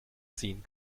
ziehen